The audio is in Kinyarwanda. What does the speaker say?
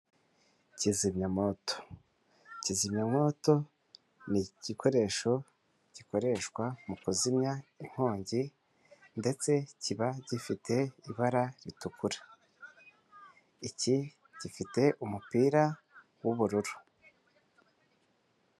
Kizimyamwoto, kizimyamwoto ni igikoresho gikoreshwa mu kuzimya inkongi ndetse kiba gifite ibara ritukura, iki gifite umupira w'ubururu.